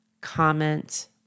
comment